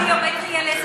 לפני שהביומטרי יעלה,